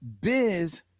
Biz